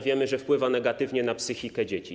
Wiemy, że wpływa negatywnie na psychikę dzieci.